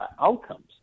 outcomes